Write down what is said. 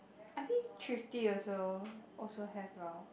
I think thrifty also also have lah